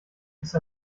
ist